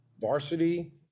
varsity